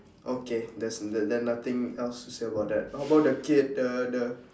okay that's it then then nothing else to say about that how about the kid the the